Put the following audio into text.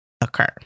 occur